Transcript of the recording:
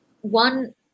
one